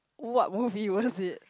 what movie was it